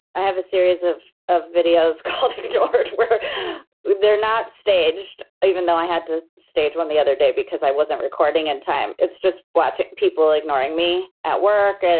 i have a series of of videos called ignored where they're not staged, even though i had to stage one the other day because i wasn't recording in time. it's just watching people ignoring me at work, and